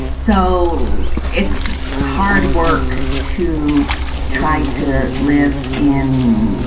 so it's hard work to try to live in